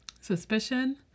suspicion